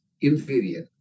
inferior